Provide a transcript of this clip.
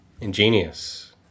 Ingenious